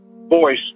voice